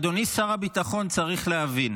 אדוני שר הביטחון צריך להבין: